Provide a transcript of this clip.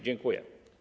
Dziękuję.